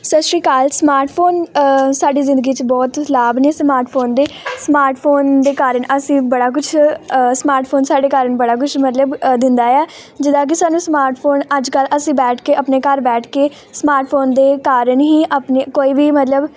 ਸਤਿ Sri Akal smartphone ਸਾਡੀ ਜ਼ਿੰਦਗੀ ਚ ਬਹੁਤ ਲਾਭ ਨੇ ਸਮਾਰਟ ਫੋਨ ਦੇ ਸਮਾਰਟ ਫੋਨ ਦੇ ਕਾਰਨ ਅਸੀਂ ਬੜਾ ਕੁਛ ਸਮਾਰਟ ਫੋਨ ਸਾਡੇ ਕਾਰਨ ਬੜਾ ਕੁਛ ਮਤਲਬ ਅ ਦਿੰਦਾ ਆ ਜਿੱਦਾਂ ਕਿ ਸਾਨੂੰ ਸਮਾਰਟ ਫੋਨ ਅੱਜ ਕੱਲ੍ਹ ਅਸੀਂ ਬੈਠ ਕੇ ਆਪਣੇ ਘਰ ਬੈਠ ਕੇ ਸਮਾਰਟ ਫੋਨ ਦੇ ਕਾਰਨ ਹੀ ਆਪਣੇ ਕੋਈ ਵੀ ਮਤਲਬ